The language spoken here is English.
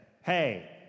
hey